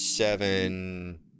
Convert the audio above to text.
Seven